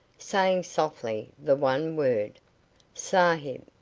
saying softly the one word sahib.